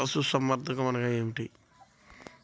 పశుసంవర్ధకం అనగానేమి?